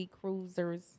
cruisers